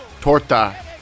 torta